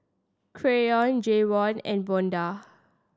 Canyon Jayvon and Vonda